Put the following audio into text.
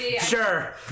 Sure